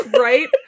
right